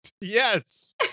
Yes